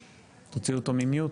שלו.